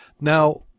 Now